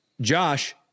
Josh